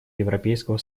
европейского